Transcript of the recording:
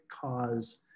cause